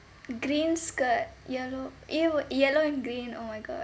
green skirt yellow yellow and green oh my god